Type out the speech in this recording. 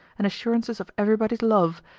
and assurances of every body's love,